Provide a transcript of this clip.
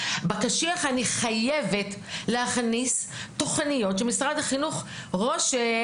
בקשיח אני חייבת להכניס תוכניות שמשרד החינוך רושם